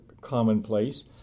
commonplace